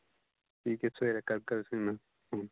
ठीक ऐ सवेरे करगा तुसें मै फोन